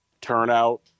turnout